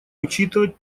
учитывать